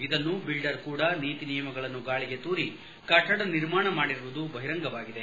ಇನ್ನು ಬಿಲ್ಲರ್ ಕೂಡ ನೀತಿ ನಿಯಮಗಳನ್ನು ಗಾಳಿಗೆ ತೂರಿ ಕಟ್ಲಡ ನಿರ್ಮಾಣ ಮಾಡಿರುವುದು ಬಹಿರಂಗವಾಗಿದೆ